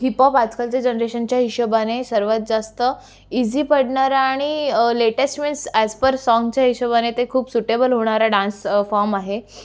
hip hop आजकालच्या जनरेशनच्या हिशेबाने सर्वात जास्त इझी पडणारा आणि लेटेस्ट मीन्स ॲज पर सॉन्गच्या हिशेबाने ते खूप सुटेबल होणारा डान्स फॉम आहे